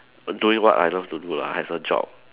doing what I love to do lah as a job